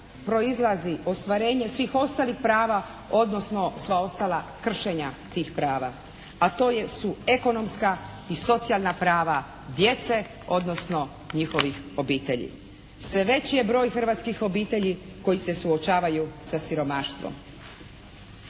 proizlazi ostvarenje svih ostalih prava, odnosno sva ostala kršenja tih prava, a to su ekonomska i socijalna prava djece, odnosno njihovih obitelji. Sve veći je broj hrvatskih obitelji koji se suočavaju sa siromaštvom.